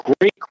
great